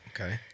Okay